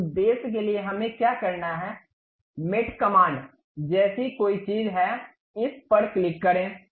उस उद्देश्य के लिए हमें क्या करना है मेट कमांड जैसी कोई चीज है इस पर क्लिक करें